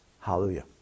hallelujah